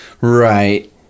Right